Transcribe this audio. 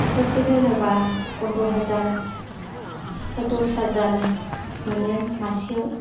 बोसोर से दोनोबा पनद्र' हाजार दस हाजार मोनो मासेयाव